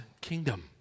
kingdom